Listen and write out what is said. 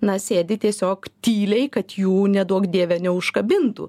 na sėdi tiesiog tyliai kad jų neduok dieve neužkabintų